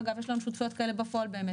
אגב, יש לנו שותפויות כאלה בפועל באמת.